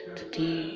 Today